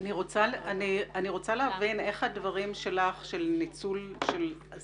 אני רוצה להבין איך הדברים שלך לגבי ניצול 10